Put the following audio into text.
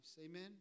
Amen